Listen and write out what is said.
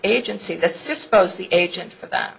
agency that's just pose the agent for that